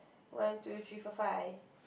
one two three four five